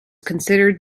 considered